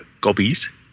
gobbies